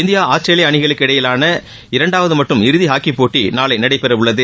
India Australia அணிகளுக்கு இடையிலான இரண்டாவது மற்றும் இறுதி ஹாக்கிப் போட்டி நாளை நடைபெறவுள்ளது